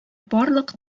барлык